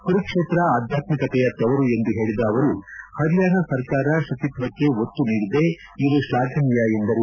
ಕುರುಕ್ಷೇತ್ರ ಆಧ್ಯಾತ್ವಿಕತೆಯ ತವರು ಎಂದು ಹೇಳದ ಅವರು ಪರಿಯಾಣ ಸರ್ಕಾರ ಶುಚಿತ್ವಕ್ಕೆ ಒತ್ತು ನೀಡಿದೆ ಇದು ಶ್ಲಾಘನೀಯ ಎಂದರು